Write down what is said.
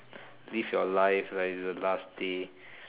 live your life like it's the last day